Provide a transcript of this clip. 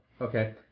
okay